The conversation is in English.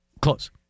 Close